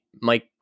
Mike